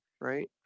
right